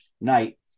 night